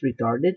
retarded